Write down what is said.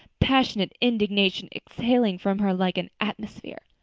passionate indignation exhaling from her like an atmosphere.